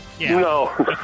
No